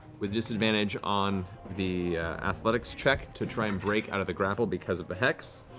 with disadvantage on the athletics check to try and break out of the grapple because of the hex.